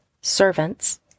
servants